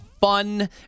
fun